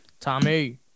Tommy